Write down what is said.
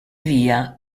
via